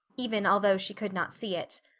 even although she could not see it.